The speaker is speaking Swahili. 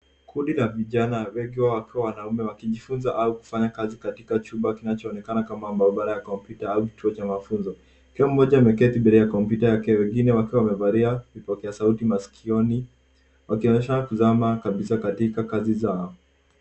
Kundi la vijana, wengi wao wakiwa wanaume, wakijifunza au kufanya kazi katika chumba kinachoonekana kama maabara ya kompyuta au kituo cha mafunzo. Kila mmoja ameketi mbele ya kompyuta yake, wengine wakiwa wamevalia vipokea sauti masikioni, wakionyesha kuzama kabisa katika kazi zao.